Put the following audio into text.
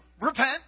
Repent